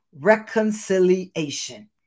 Reconciliation